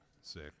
sick